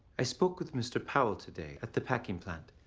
i spoke with mr. powell today at the packing plant.